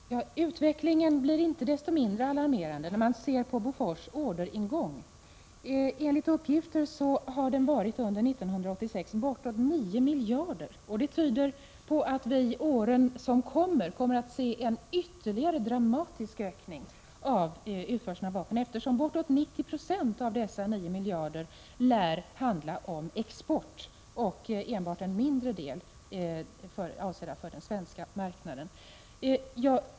Fru talman! Utvecklingen blir inte mindre alarmerande när man ser på Bofors orderingång. Enligt uppgifter har den under 1986 representerat ett belopp på bortåt 9 miljarder. Detta tyder på att vi under år som kommer får se en ytterligare dramatisk ökning av utförseln av vapen, eftersom ca 90 96 av dessa 9 miljarder lär handla om export och alltså enbart en mindre del avser den svenska marknaden.